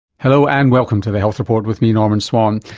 hello and welcome to the health report with me norman swan.